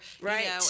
right